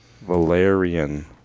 Valerian